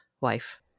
wife